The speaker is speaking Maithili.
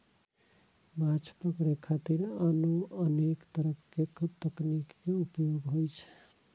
माछ पकड़े खातिर आनो अनेक तरक तकनीक के उपयोग होइ छै